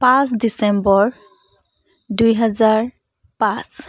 পাঁচ ডিচেম্বৰ দুই হাজাৰ পাঁচ